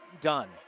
done